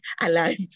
alive